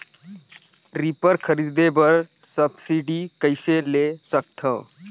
Reaper खरीदे बर subsidy कइसे ले सकथव?